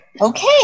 Okay